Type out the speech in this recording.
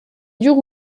dure